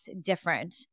different